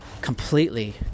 completely